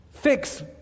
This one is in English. fix